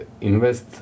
invest